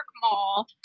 Mall